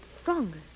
stronger